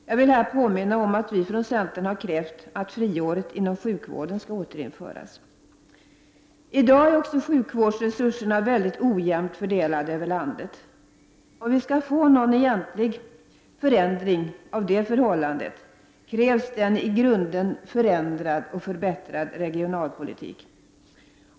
Jag vill här påminna om att vi från centern krävt att friåret inom sjukvården skall återinföras. I dag är sjukvårdsresurserna mycket ojämnt fördelade över landet. Om vi skall få någon egentlig förändring av det förhållandet, krävs det en i grunden förbättrad regionalpolitik.